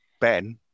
Ben